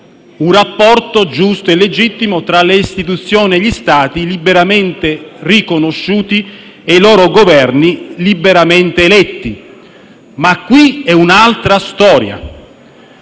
Un rapporto giusto e legittimo tra le istituzioni di Stati liberamente riconosciuti e i loro Governi liberamente eletti. Ma qui è un'altra storia.